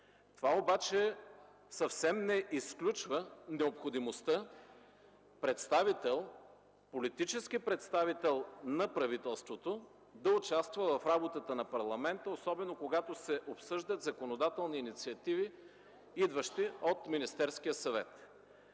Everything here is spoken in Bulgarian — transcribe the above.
Това обаче съвсем не изключва необходимостта политически представител на правителството да участва в работата на парламента, особено когато се обсъждат законодателни инициативи, идващи от Министерския съвет.